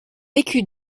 écu